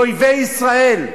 לאויבי ישראל.